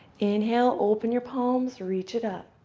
inhale. open your palms. reach it up.